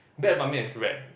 bad Ban-Mian is rare